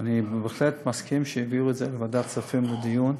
ואני בהחלט מסכים שיעבירו את זה לוועדת כספים לדיון,